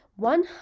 One